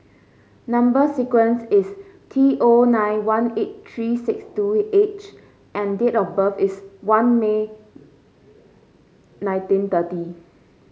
number sequence is T O nine one eight three six two H and date of birth is one May nineteen thirty